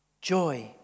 Joy